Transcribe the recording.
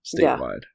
statewide